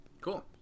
cool